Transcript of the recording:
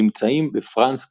נמצאים בפרנס קריק.